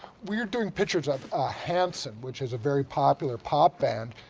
we were doing pictures of ah hanson, which is a very popular pop band,